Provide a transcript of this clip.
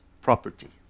property